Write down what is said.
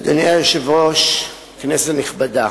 אדוני היושב-ראש, כנסת נכבדה,